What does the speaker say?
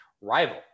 Rival